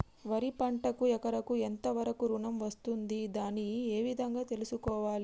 వరి పంటకు ఎకరాకు ఎంత వరకు ఋణం వస్తుంది దాన్ని ఏ విధంగా తెలుసుకోవాలి?